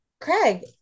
Craig